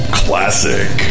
classic